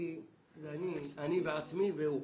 זה אני והרכב וזהו.